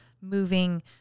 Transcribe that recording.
moving